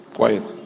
quiet